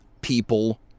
people